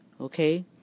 okay